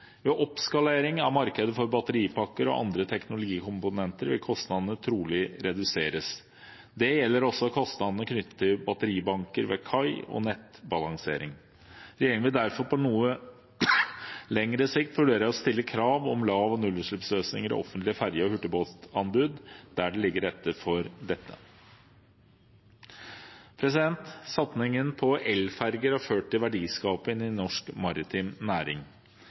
Ved oppskalering av markedet for batteripakker og andre teknologikomponenter vil kostnadene trolig reduseres. Det gjelder også kostnadene knyttet til batteribanker ved kai og nettbalansering. Regjeringen vil derfor på noe lengre sikt vurdere å stille krav om lav- og nullutslippsløsninger i offentlige ferge- og hurtigbåtanbud der det ligger til rette for dette. Satsingen på elferger har ført til verdiskaping i norsk maritim næring.